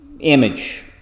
image